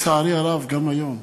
לצערי הרב, גם היום,